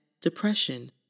depression